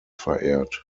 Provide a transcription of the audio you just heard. verehrt